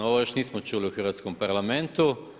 Ovo još nismo čuli u hrvatskom Parlamentu.